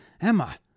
Emma